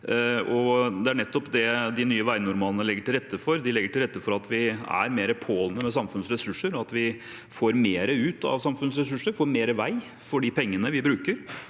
det er nettopp det de nye veinormalene legger til rette for. De legger til rette for at vi er mer påholdne med samfunnets ressurser, og at vi får mer ut av samfunnets ressurser, får mer vei for de pengene vi bruker,